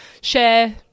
Share